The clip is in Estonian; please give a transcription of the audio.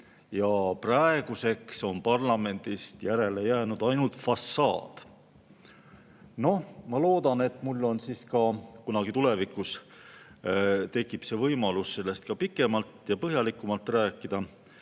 ja praeguseks on parlamendist järele jäänud ainult fassaad. Noh, ma loodan, et mul kunagi tulevikus tekib võimalus sellest ka pikemalt ja põhjalikumalt rääkida.